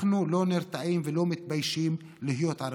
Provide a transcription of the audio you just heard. אנחנו לא נרתעים ולא מתביישים להיות ערבים,